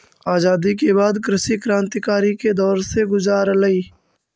आज़ादी के बाद कृषि क्रन्तिकारी के दौर से गुज़ारलई